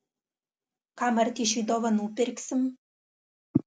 ką martyšiui dovanų pirksim